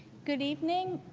good evening.